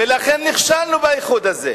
ולכן נכשלנו באיחוד הזה,